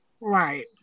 Right